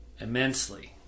immensely